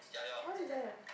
what it is that